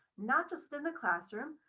not just in the classroom,